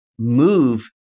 move